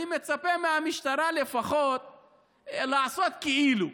אני מצפה מהמשטרה לפחות לעשות כאילו,